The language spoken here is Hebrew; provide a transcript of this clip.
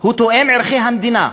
תואם את ערכי המדינה,